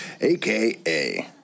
AKA